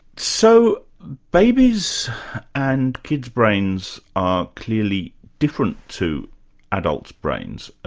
so babies and kids brains are clearly different to adult brains,